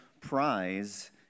prize